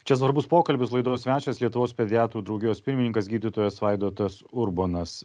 čia svarbus pokalbis laidos svečias lietuvos pediatrų draugijos pirmininkas gydytojas vaidotas urbonas